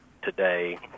today